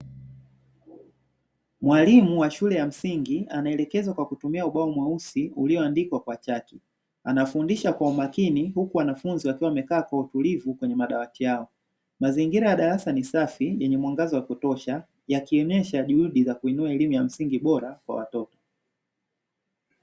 Mwalimu wa shule ya msingi anaelekeza kwa kutumia ubao mweusi ulioandikwa kwa chaki. Anafundisha kwa umakini huku wanafunzi wakiwa wamekaa kwa utulivu kwenye madawati yao. Mazingira ya darasa ni safi yenye mwangaza wa kutosha, yakionyesha juhudi za kuinua elimu ya msingi bora kwa watoto.